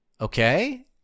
okay